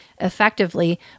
effectively